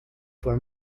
for